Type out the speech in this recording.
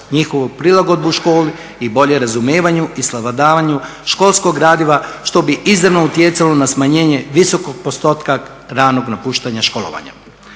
njihovu prilagodbu u školi i bolje razumijevanju i savladavanju školskog gradiva što bi izravno utjecalo na smanjenje visokog postotka ranog napuštanja školovanja.